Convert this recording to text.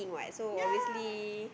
ya